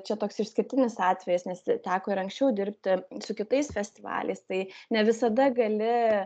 čia toks išskirtinis atvejis nes teko ir anksčiau dirbti su kitais festivaliais tai ne visada gali